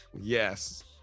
yes